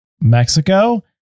Mexico